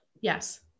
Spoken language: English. Yes